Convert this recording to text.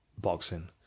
boxing